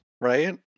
right